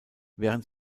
während